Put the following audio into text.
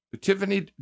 Tiffany